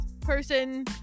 person